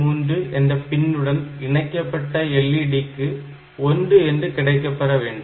3 என்ற பின்னுடன் இணைக்கப்பட்ட LED க்கு 1 என்று கிடைக்கப்பெற வேண்டும்